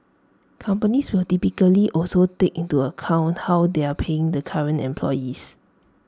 companies will typically also take into account how they are paying the current employees